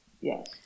yes